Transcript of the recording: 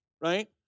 right